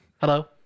Hello